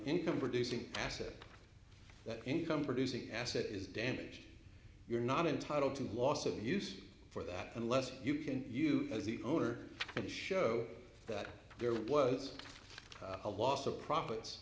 income producing asset that income producing asset is damage you're not entitled to loss of use for that unless you can you as the owner and show that there was a loss of profits